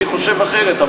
הייתי חושב אחרת.